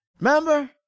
Remember